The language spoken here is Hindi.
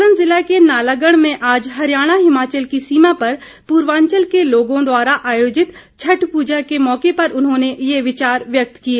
सोलन ज़िला के नालागढ़ में आज हरियाणा हिमाचल की सीमा पर पूर्वांचल के लोगों द्वारा आयोजित छठ पूजा के मौके पर उन्होंने ये विचार व्यक्त किए